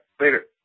Later